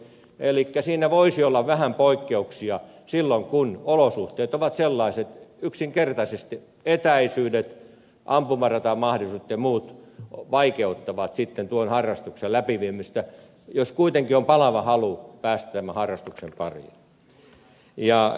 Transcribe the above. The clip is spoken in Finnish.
elikkä siinä voisi olla vähän poikkeuksia silloin kun olosuhteet ovat sellaiset että yksinkertaisesti etäisyydet ampumaratamahdollisuudet ja muut vaikeuttavat sitten tuon harrastuksen läpiviemistä jos kuitenkin on palava halu päästä tämän harrastuksen pariin